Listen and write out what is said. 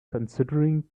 considering